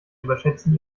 überschätzen